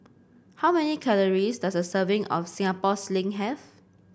how many calories does a serving of Singapore Sling have